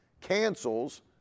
cancels